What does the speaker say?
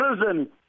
prison